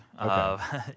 Okay